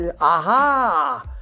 Aha